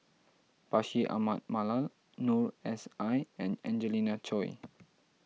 Bashir Ahmad Mallal Noor S I and Angelina Choy